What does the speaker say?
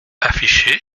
affiché